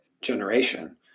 generation